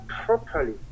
properly